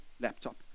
Laptop